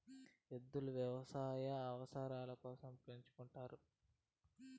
ఎద్దులను వ్యవసాయ అవసరాల కోసం పెంచుకుంటారు